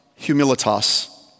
humilitas